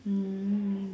mm